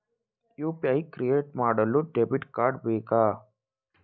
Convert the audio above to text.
UPI create ಮಾಡಲು debit card ಬೇಕಾ?